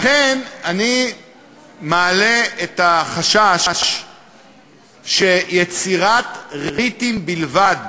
לכן אני מעלה את החשש שיצירת ריטים בלבד,